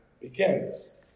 begins